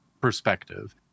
perspective